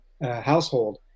household